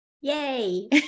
Yay